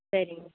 சரி